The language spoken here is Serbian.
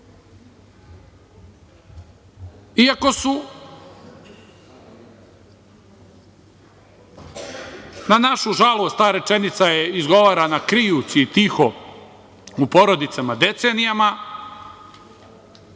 postojale? Na našu žalost, ta rečenica je izgovarana krijući, tiho, u porodicama decenijama